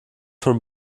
von